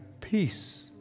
peace